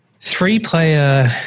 three-player